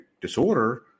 disorder